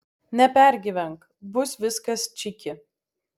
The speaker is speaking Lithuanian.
nepergyvenk bus viskas čiki